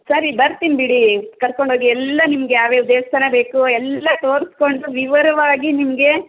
ಸರಿ ಬರ್ತೀನ್ ಬಿಡಿ ಕರ್ಕೊಂಡೋಗಿ ಎಲ್ಲ ನಿಮಗೆ ಯಾವ್ಯಾವ ದೇವಸ್ಥಾನ ಬೇಕೋ ಎಲ್ಲ ತೋರಿಸ್ಕೊಂಡು ವಿವರವಾಗಿ ನಿಮಗೆ